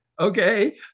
Okay